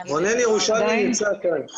רונן ירושלמי נמצא כאן.